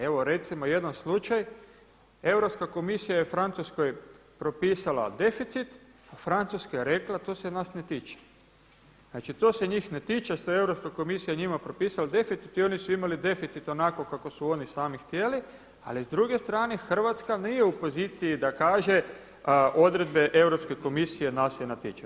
Evo recimo jedan slučaj, Europska komisija je Francuskoj propisala deficit, a Francuska je rekla to se nas ne tiče, znači to se njih ne tiče što Europska komisija njima propisala deficit i oni su imali deficit onako kako su oni sami htjeli. ali s druge strane Hrvatska nije u poziciji da kaže odredbe Europske komisije nas se ne tiču.